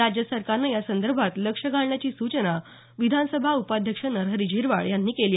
राज्य सरकारनं यासंदर्भात लक्ष घालण्याची सूचना विधानसभा उपाध्यक्ष नरहरी झिरवाळ यांनी यावेळी केली